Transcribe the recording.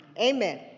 Amen